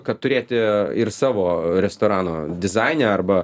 kad turėti ir savo restorano dizaine arba